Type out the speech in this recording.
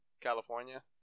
California